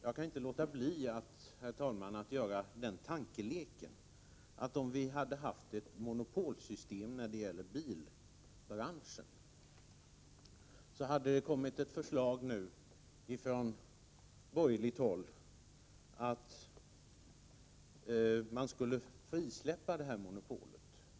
Jag kan inte heller låta bli att, herr talman, göra en tankelek här. Antag att vi hade haft ett monopolsystem inom bilbranschen och det nu hade kommit ett förslag från borgerligt håll om att man skulle frisläppa monopolet.